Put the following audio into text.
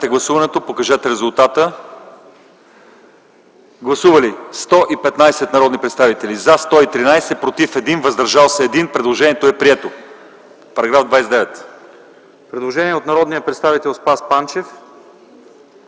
Предложение от народния представител Спас Панчев,